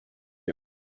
you